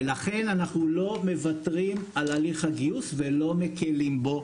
ולכן אנחנו לא מוותרים על הליך הגיוס ולא מקלים בו.